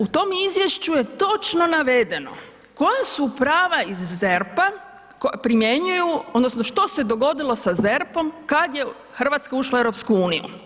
U tom izvješću je točno navedeno koja su prava iz ZERP-a primjenjuju odnosno što se dogodilo sa ZERP-om kad je Hrvatska ušla u EU.